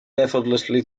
effortlessly